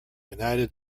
united